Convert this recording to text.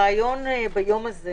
הרעיון ביום הזה